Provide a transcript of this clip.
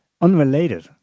Unrelated